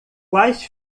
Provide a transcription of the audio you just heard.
quais